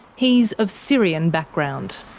he's of syrian background.